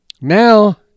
Now